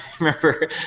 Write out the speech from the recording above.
remember